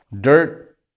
Dirt